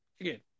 again